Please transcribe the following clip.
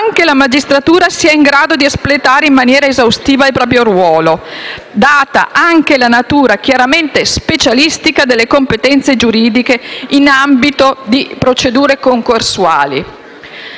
anche la magistratura sia in grado di espletare in maniera esaustiva il proprio ruolo, data anche la natura chiaramente specialistica delle competenze giuridiche in ambito di procedure concorsuali.